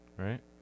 Right